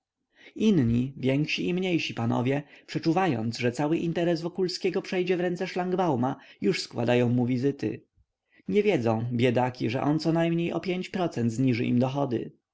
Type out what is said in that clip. inni więksi i mniejsi panowie przeczuwając że cały interes wokulskiego przejdzie w ręce szlangbauma już składają mu wizyty nie wiedzą biedaki że on conajmniej o pięć procent zniży im dochody